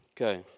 Okay